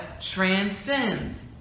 transcends